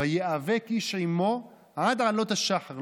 נאבק עם שרו הרוחני של עשיו: "ויאבק איש עמו עד עלות השחר".